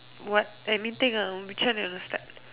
what anything ah which one you want to start